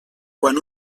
quan